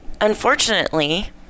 unfortunately